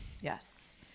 Yes